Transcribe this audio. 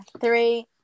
three